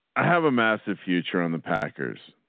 i have a massive future on the packers.